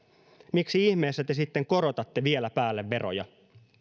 miksi ihmeessä te sitten korotatte vielä päälle veroja